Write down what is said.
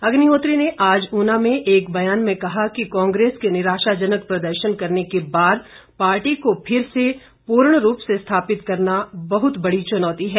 अग्निहोत्री ने आज ऊना में एक बयान में कहा कि कांग्रेस के निराशाजनक प्रदर्शन करने के बाद पार्टी को फिर से पूर्ण रूप से स्थापित करना बहुत कड़ी चुनौती है